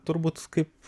turbūt kaip